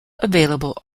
available